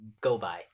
go-by